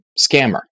scammer